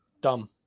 dumb